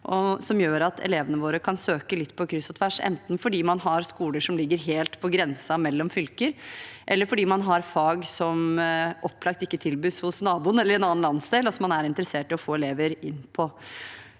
som gjør at elevene våre kan søke litt på kryss og tvers, enten fordi man har skoler som ligger helt på grensen mellom fylker, eller fordi man har fag som opplagt ikke tilbys hos naboen eller i en annen landsdel, og som de er interessert i å få elever inn på.